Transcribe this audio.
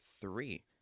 three